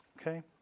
Okay